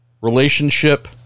relationship